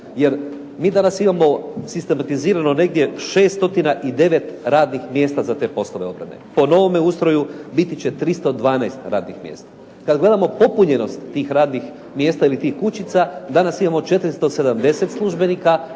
jer mi danas imamo sistematizirano negdje 609 radnih mjesta za te poslove obrane. Po novome ustroju biti će 312 radnih mjesta. Kad gledamo popunjenost tih radnih mjesta ili tih kućica danas imamo 470 službenika,